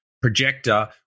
projector